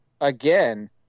again